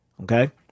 Okay